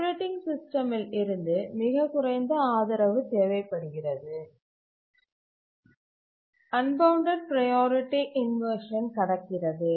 operating சிஸ்டமில் இருந்து மிகக் குறைந்த ஆதரவு தேவைப்படுகிறது அன்பவுண்டட் ப்ரையாரிட்டி இன்வர்ஷன் கடக்கிறது